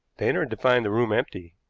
they entered to find the room empty.